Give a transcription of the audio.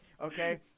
Okay